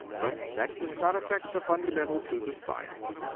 but that does not affect the fundamental truth of science.